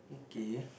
okay